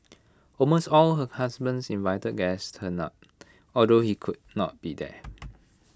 almost all her husband's invited guests turned up although he could not be there